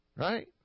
Right